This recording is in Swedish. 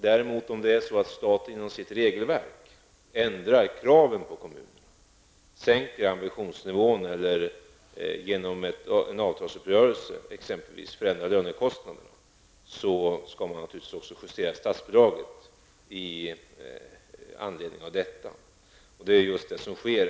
Om det däremot är så att staten genom sitt regelverk ändrar kraven på kommunerna, sänker ambitionsnivån eller genom en avtalsuppgörelse förändrar lönekostnaderna, skall man naturligtvis justera statsbidraget i anledning av detta. Det är just vad som sker.